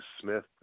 Smith